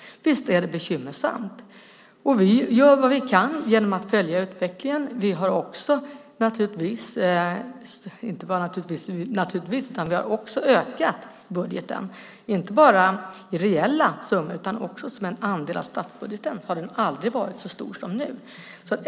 Visst är det bekymmersamt, och vi gör vad vi kan genom att följa utvecklingen. Vi har också ökat budgeten. Inte bara i reella summor utan också som en andel av statsbudgeten har den aldrig varit så stor som nu.